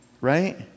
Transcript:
right